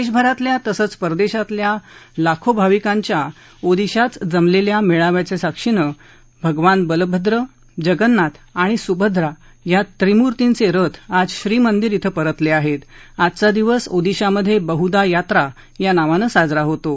दर्शपरातल्या तसंच परदशातल्या लाखो भाविकांच्या ओदिशात जमलल्या मळव्याच्या साक्षीनं भगवान बलभद्र जगन्नाथ आणि सुभद्रा या त्रिमूर्तीच िथ आज श्रीमंदिर इथं परतलआहर्त आजचा दिवस ओदिशामधबेहुदा यात्रा या नावान स्राजरा होतो